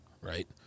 right